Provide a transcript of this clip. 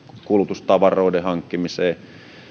kulutustavaroiden hankkimiseen